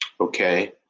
okay